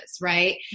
right